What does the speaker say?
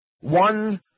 one